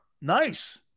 nice